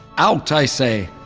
out, i say!